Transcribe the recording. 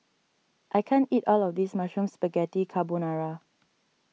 I can't eat all of this Mushroom Spaghetti Carbonara